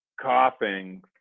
coughing